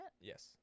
yes